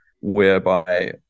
whereby